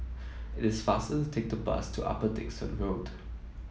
it is faster to take the bus to Upper Dickson Road